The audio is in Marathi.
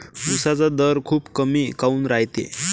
उसाचा दर खूप कमी काऊन रायते?